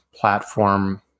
platform